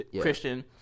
Christian